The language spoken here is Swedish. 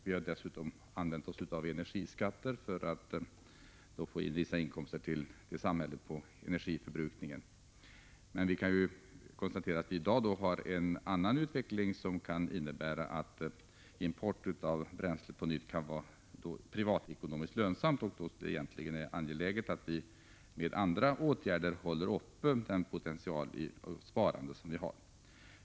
Vi har dessutom använt oss av energiskatter för att få in vissa inkomster till samhället på energiförbrukningen. Men vi kan konstatera att vi i dag har en annan utveckling, som kan innebära att import av bränsle på nytt kan vara privatekonomiskt lönsam och att det egentligen är angeläget att med andra åtgärder hålla uppe den potential vad gäller sparandet som vi har.